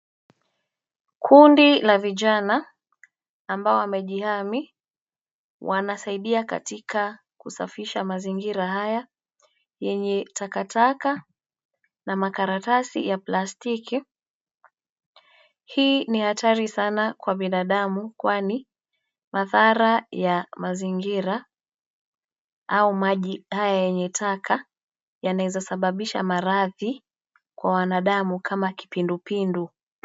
Kundi la vijana, ambao wamejihami, wanasaidia katika kusafisha mazingira haya, yenye takataka, na makaratasi ya plastiki. Hii ni hatari sana kwa binadamu, kwani madhara ya mazingira, au maji haya yenye taka, yanaweza sababisha maradhi, kwa wanadamu kama kipindupindu.